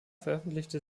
veröffentlichte